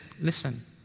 listen